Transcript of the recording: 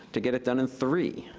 to get it done in three.